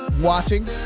watching